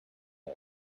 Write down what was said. man